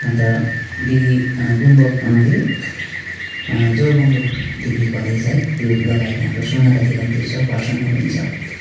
अन्त डिग्री कुम्भ केरे जोरबङ्ग्लो डिग्री कलेज है त्यो लगायत हाम्रो सोनादातिर पनि त्यो छ खरसाङमा पनि छ